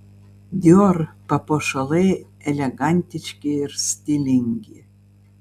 dior papuošalai elegantiški ir stilingi